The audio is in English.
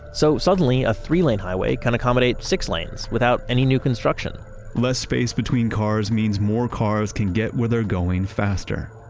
so suddenly a three lane highway can accommodate six lanes without any new construction less space between cars means more cars can get where they're going faster,